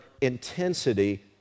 intensity